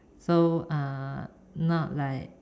so uh not like